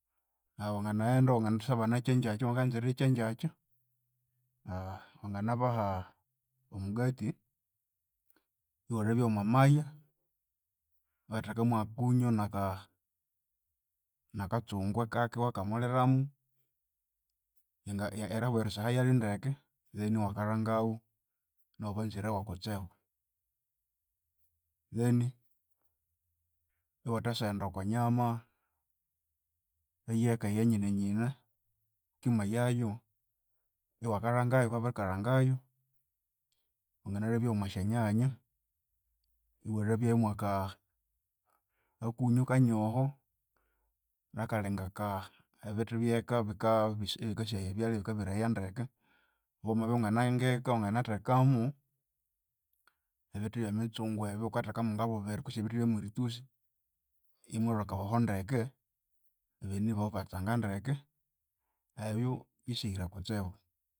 wangenaghenda iwathasya bana ekyanjakya wukanza erirya ekyenjakya wanginabaha omugati iwalhabya womo maya iwatheka mo kunyu naka nakatsungwe kaki iwakakamuliramu yanga eryowa erisiha riwe ndeke then iwakalhangawu nawu banzirewu kutsibu then iwathasya ghenda okwanyama eyeka eyanyine nyine wukimayayu iwakalhangayu wukabya wukakangayu, wanginalabya yomwa syanyanya, iwalabya yomwa ka- akunyu kanyoho, nakalingaka, ebithi byeka bika ebika sihaya ebyalya ebikabiraya yo ndeke wamabya iwangina ngeka wanginathekamu ebithi byemitsungwe ebyu wukathekamu ngabubiri, kutse ebithi byomuruthusi imwalhwa kahoho ndeke, abagheni bawu ibatsanga ndeke, ebyu bisihire kutsibu.